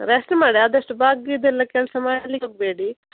rest ಮಾಡಿ ಆದಷ್ಟು ಬಾಗುದೆಲ್ಲ ಕೆಲಸ ಮಾಡ್ಲಿಕ್ಕೆ ಹೋಗಬೇಡಿ